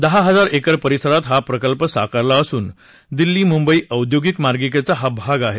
दहा हजार एकर परिसरात हा प्रकल्प साकारला असून दिल्ली मुंबई औद्योगिक मार्गिकेचा हा भाग आहे